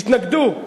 התנגדו,